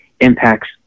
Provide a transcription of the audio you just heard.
impacts